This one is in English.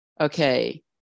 okay